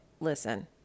listen